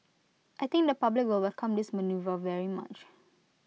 I think the public will welcome this manoeuvre very much